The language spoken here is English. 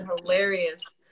hilarious